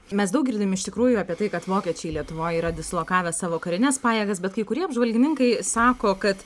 mes daug girdim iš tikrųjų apie tai kad vokiečiai lietuvoj yra dislokavę savo karines pajėgas bet kai kurie apžvalgininkai sako kad